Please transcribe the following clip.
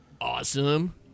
awesome